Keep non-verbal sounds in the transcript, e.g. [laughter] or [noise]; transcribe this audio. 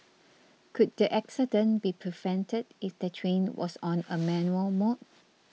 [noise] could the accident be prevented if the train was on a manual mode